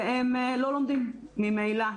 והם לא לומדים ממילא.